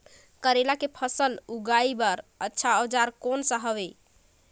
करेला के फसल उगाई बार अच्छा औजार कोन सा हवे?